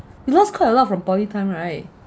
you lost quite a lot from poly time right